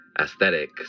aesthetic